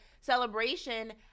celebration